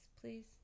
please